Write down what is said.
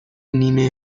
نیمه